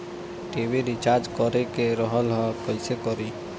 TV recharge करे के रहल ह कइसे करी?